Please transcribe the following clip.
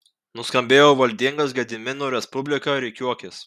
nuskambėjo valdingas gedimino respublika rikiuokis